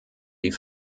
die